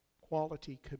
quality